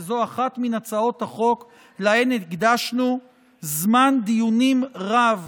וזו אחת מהצעות החוק שלהן הקדשנו זמן דיונים רב